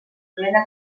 plena